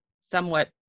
somewhat